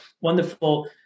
wonderful